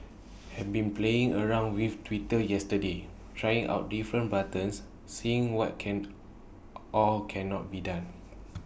had been playing around with Twitter yesterday trying out different buttons seeing what can or cannot be done